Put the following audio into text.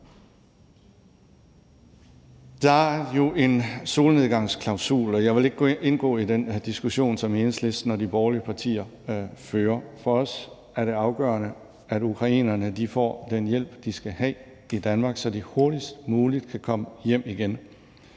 Der er jo en solnedgangsklausul, og jeg vil ikke indgå i den diskussion, som Enhedslisten og de borgerlige partier fører. For os er det afgørende, at ukrainerne får den hjælp, de skal have i Danmark, så de hurtigst muligt kan komme hjem igen.